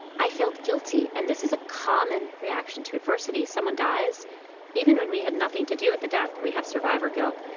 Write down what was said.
i felt guilty. and this is a common reaction to adversity. someone dies even when we had nothing to do with the death, we have survivor guilt.